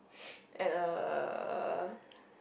at a